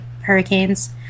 hurricanes